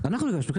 כן.